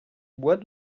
bois